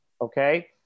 Okay